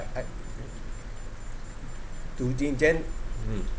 mm